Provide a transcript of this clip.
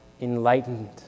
enlightened